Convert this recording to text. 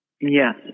Yes